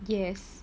yes